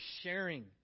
sharing